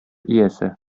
иясе